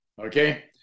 okay